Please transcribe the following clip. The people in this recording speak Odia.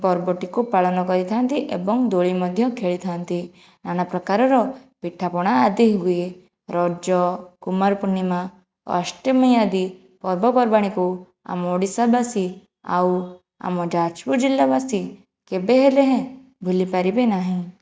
ପର୍ବଟିକୁ ପାଳନ କରିଥାନ୍ତି ଏବଂ ଦୋଳି ମଧ୍ୟ ଖେଳିଥାନ୍ତି ନାନା ପ୍ରକାରର ପିଠାପଣା ଆଦି ହୁଏ ରଜ କୁମାର ପୂର୍ଣ୍ଣିମା ଅଷ୍ଟମୀ ଆଦି ପର୍ବ ପର୍ବାଣିକୁ ଆମ ଓଡ଼ିଶାବାସି ଆଉ ଆମ ଯାଜପୁର ଜିଲ୍ଲାବାସୀ କେବେ ହେଲେ ହେଁ ଭୁଲି ପାରିବେ ନାହିଁ